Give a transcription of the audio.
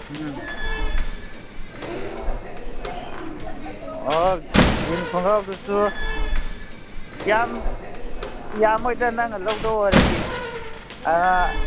ꯎꯝ ꯑꯣ ꯖꯤꯟ ꯈꯪꯒ꯭ꯔꯥꯎꯗꯨꯁꯨ ꯌꯥꯝ ꯌꯥꯝꯃꯣꯏꯗ ꯅꯪꯅ ꯂꯧꯗꯣꯏ ꯑꯣꯏꯔꯗꯤ